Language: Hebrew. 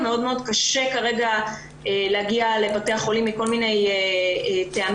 מאוד-מאוד קשה כרגע להגיע לבתי חולים מכל מיני טעמים.